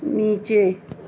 نیچے